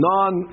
Non